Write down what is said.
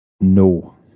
No